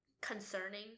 concerning